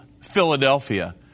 Philadelphia